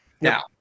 Now